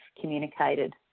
communicated